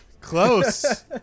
Close